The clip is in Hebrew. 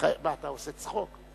מה אתה עושה צחוק?